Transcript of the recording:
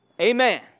Amen